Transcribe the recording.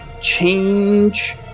change